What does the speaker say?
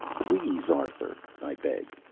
please, arthur, i begged.